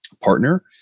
partner